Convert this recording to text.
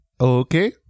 okay